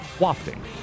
wafting